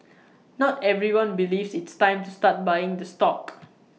not everyone believes it's time to start buying the stock